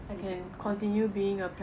you can earn points